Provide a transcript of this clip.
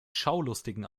schaulustigen